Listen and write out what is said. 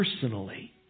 personally